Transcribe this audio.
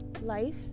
life